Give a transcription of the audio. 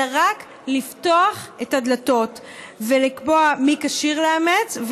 אלא רק לפתוח את הדלתות ולקבוע מי כשיר לאמץ,